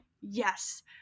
yes